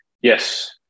Yes